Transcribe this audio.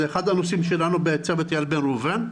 זה אחד הנושאים שלנו בצוות איל בן ראובן,